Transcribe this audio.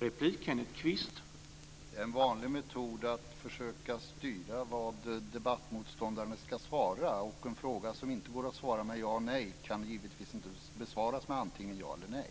Herr talman! Det är en vanlig metod att försöka styra vad debattmotståndarna ska svara. Och en fråga som det inte går att svara ja eller nej på kan givetvis inte besvaras med antingen ja eller nej.